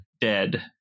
dead